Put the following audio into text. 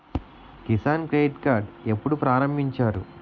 Kisan credit card ఎప్పుడు ప్రారంభించారు?